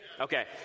Okay